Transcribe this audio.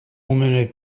many